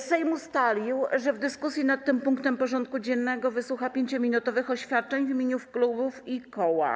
Sejm ustalił, że w dyskusji nad tym punktem porządku dziennego wysłucha 5-minutowych oświadczeń w imieniu klubów i koła.